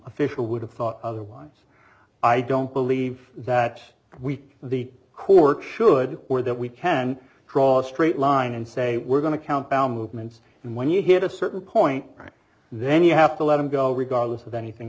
official would have thought otherwise i don't believe that we the court should or that we can draw a straight line and say we're going to count bowel movements and when you hit a certain point then you have to let him go regardless of anything